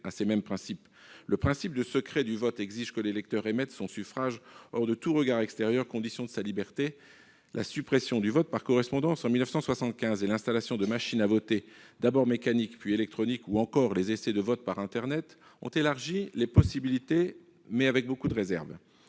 à ces mêmes principes. Le principe de secret du vote exige que l'électeur émette son suffrage hors de tout regard extérieur, condition de sa liberté. La suppression du vote par correspondance en 1975 et l'installation de machines à voter, d'abord mécaniques, puis électroniques, ou encore les essais de vote par internet ont élargi les possibilités, mais avec beaucoup de réserves.